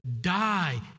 die